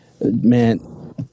Man